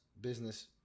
business